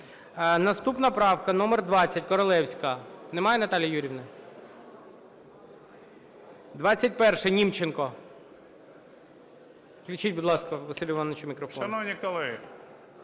Наступна правка номер 20, Королевська. Немає Наталії Юріївни? 21-а, Німченко. Включіть, будь ласка, Василю Івановичу мікрофон.